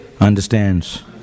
understands